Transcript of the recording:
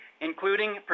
including